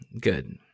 good